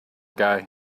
guy